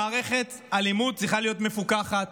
מערכת הלימוד צריכה להיות מפוקחת